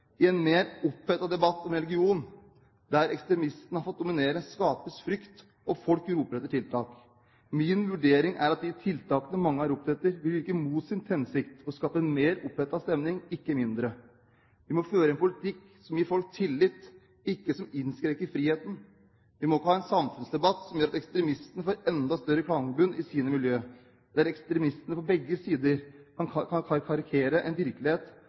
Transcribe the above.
I en mer opphetet debatt om religion der ekstremistene har fått dominere, skapes frykt, og folk roper etter tiltak. Min vurdering er at de tiltakene mange har ropt etter, vil virke mot sin hensikt og skape en mer opphetet stemning, ikke mindre. Vi må føre en politikk som gir folk tillit – ikke som innskrenker friheten. Vi må ikke ha en samfunnsdebatt som gjør at ekstremistene får enda større klangbunn inn i sine miljø, der ekstremistene på begge sider kan